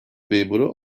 memuru